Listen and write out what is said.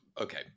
Okay